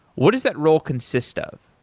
what is that role consist of?